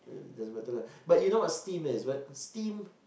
doesn't matter lah but you what steam is what steam